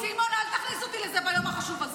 סימון, אל תכניס אותי לזה ביום החשוב הזה.